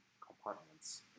compartments